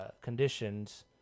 conditions